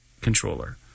controller